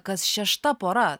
kas šešta pora